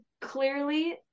clearly